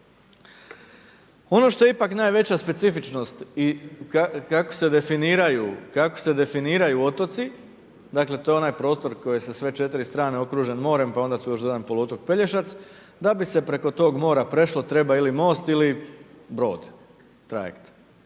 Ono što je ipak najveća specifičnost i kako se definiraju otoci, to je onaj prostor koji se sve 4 strane okružen morem, pa je onda tu još dodan otok Pelješac, da bi se preko toga mora prešlo, treba ili most ili brod, trajekt.